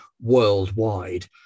worldwide